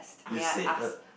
you said the